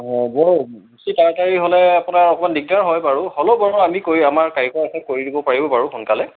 অঁ বেছি তাৰাতাৰি হ'লে আপোনাৰ অকমান দিগদাৰ হয় বাৰু হ'লও বাৰু আমি কৰি আমাৰ কাৰিকৰ আছে কৰি দিব পাৰিব বাৰু সোনকালে